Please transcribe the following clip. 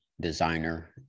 designer